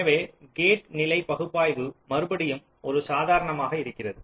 எனவே கேட் நிலை பகுப்பாய்வு மறுபடியும் ஒரு சாதாரணமாக இருக்கிறது